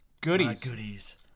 goodies